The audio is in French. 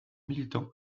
militant